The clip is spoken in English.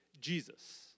Jesus